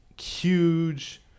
huge